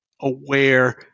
aware